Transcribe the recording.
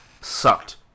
sucked